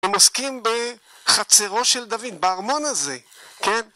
הם עוסקים בחצרו של דוד, בארמון הזה, כן?